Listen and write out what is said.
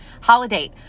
Holiday